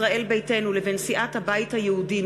ישראל ביתנו לבין סיעת הבית היהודי,